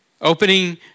Opening